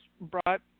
brought